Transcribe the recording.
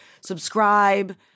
Subscribe